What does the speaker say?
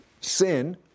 sin